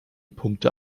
punkte